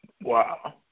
Wow